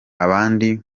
abandi